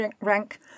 rank